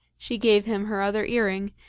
she gave him her other earring,